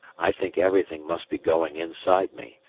i think everything must be going inside me.